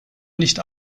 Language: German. nicht